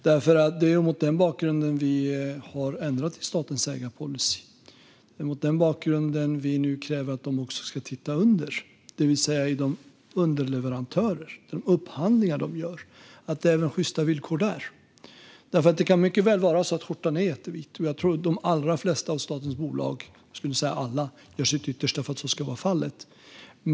Det är mot den bakgrunden som vi har ändrat i statens ägarpolicy och nu kräver att man ska titta på sina underleverantörer och de upphandlingar man gör - att det är sjysta villkor även där. Det kan mycket väl vara så att skjortan är jättevit, och jag skulle säga att alla statens bolag gör sitt yttersta för att så ska vara fallet.